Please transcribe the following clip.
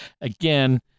Again